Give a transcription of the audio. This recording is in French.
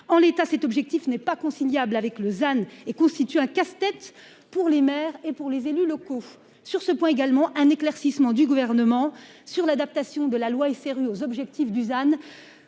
En l'état, cet objectif n'est pas conciliable avec Lausanne et constitue un casse-tête pour les maires et pour les élus locaux sur ce point également un éclaircissement du gouvernement sur l'adaptation de la loi SRU aux objectifs Dusan